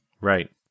Right